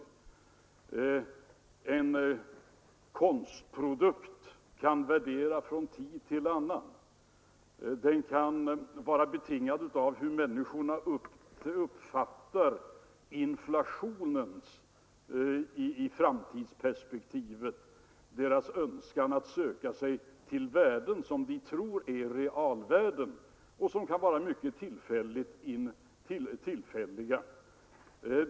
Värdet på en konstprodukt kan variera från tid till annan: det kan vara betingat av hur människorna uppfattar inflationen i framtidsperspektivet och av deras önskan att söka sig till värden som de tror är realvärden — men som kanske kan vara mycket tillfälliga.